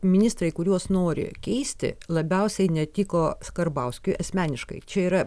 ministrai kuriuos nori keisti labiausiai netiko karbauskiui asmeniškai čia yra